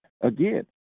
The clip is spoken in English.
Again